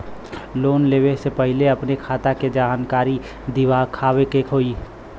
Loan लेवे से पहिले अपने खाता के जानकारी दिखावे के होई?